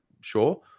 sure